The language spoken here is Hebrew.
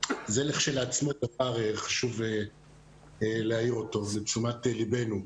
זה כשלעצמו דבר שחשוב להעיר אותו לתשומת לבנו.